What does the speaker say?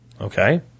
Okay